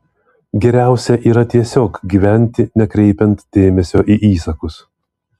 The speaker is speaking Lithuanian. geriausia yra tiesiog gyventi nekreipiant dėmesio į įsakus